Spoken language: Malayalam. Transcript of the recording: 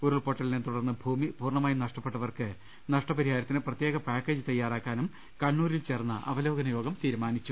ഉരുൾപ്പൊട്ടലിനെ തുടർന്ന് ഭൂമി പൂർണ്ണമായും നഷ്ടമായവർക്ക് നഷ്ടപരിഹാരത്തിന് പ്രത്യേക പാക്കേജ് തയ്യാറാ ക്കാനും കണ്ണൂരിൽ ചേർന്ന അവലോകന യോഗത്തിൽ തീരുമാനമാ യി